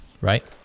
right